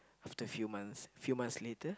after few months few months later